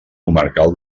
comarcal